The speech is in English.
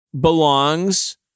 belongs